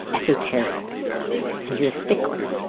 esoteric things. and he's a stickler.